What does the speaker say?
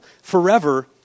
forever